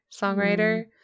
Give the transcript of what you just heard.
songwriter